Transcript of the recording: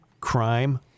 crime